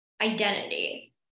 identity